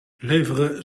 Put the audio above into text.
leveren